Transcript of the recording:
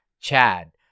Chad